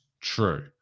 true